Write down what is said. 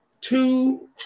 two